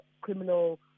criminal